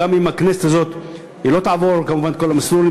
גם אם בכנסת הזאת היא לא תעבור את כל המסלול,